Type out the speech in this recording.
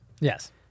Yes